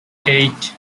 eight